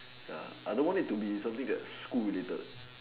ya I don't want it to be something that school related